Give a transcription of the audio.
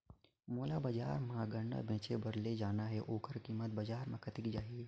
मोला बजार मां गन्ना बेचे बार ले जाना हे ओकर कीमत बजार मां कतेक जाही?